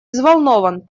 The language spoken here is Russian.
взволнован